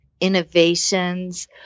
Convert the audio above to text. innovations